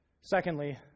Secondly